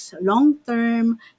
long-term